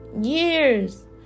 Years